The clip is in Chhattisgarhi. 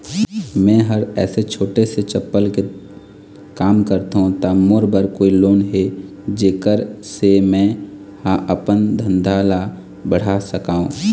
मैं हर ऐसे छोटे से चप्पल के काम करथों ता मोर बर कोई लोन हे जेकर से मैं हा अपन धंधा ला बढ़ा सकाओ?